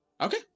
Okay